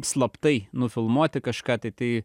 slaptai nufilmuoti kažką tai tai